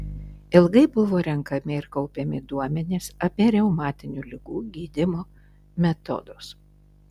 ilgai buvo renkami ir kaupiami duomenys apie reumatinių ligų gydymo metodus